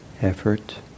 effort